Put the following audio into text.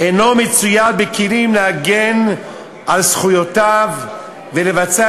אינו מצויד בכלים להגן על זכויותיו ולבצע